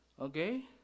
okay